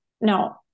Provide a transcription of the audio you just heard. No